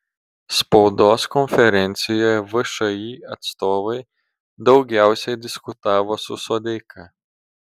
spaudos konferencijoje všį atstovai daugiausiai diskutavo su sodeika